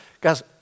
Guys